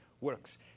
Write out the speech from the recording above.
works